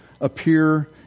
appear